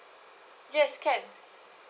yes can